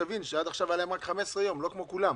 עד עכשיו היו להם 15 ימים, לא כמו לכולם.